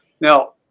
Now